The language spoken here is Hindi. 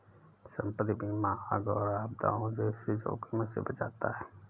संपत्ति बीमा आग और आपदाओं जैसे जोखिमों से बचाता है